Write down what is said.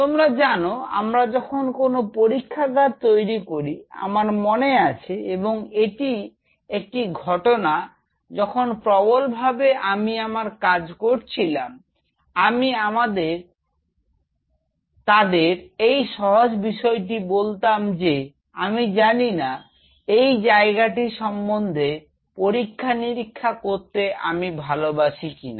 তোমরা জানো আমরা যখন কোন পরীক্ষাগার তৈরি করি আমার মনে আছে এবং এটি একটি ঘটনা যখন প্রবলভাবে আমি আমার কাজ করছিলাম আমি তাদের এই সহজ বিষয়টি বলতাম যে আমি জানিনা এই জায়গাটি সম্বন্ধে পরীক্ষা নিরীক্ষা করতে আমি ভালোবাসি কিনা